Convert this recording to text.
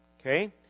Okay